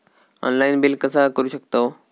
Online bill कसा करु शकतव?